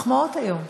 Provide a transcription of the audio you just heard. היום.